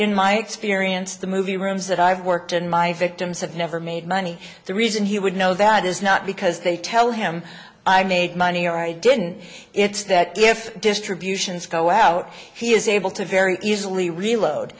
in my experience the movie rooms that i've worked in my victims have never made money the reason he would know that is not because they tell him i made money or i didn't it's that if distributions go out he is able to very easily reload